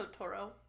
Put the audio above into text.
Totoro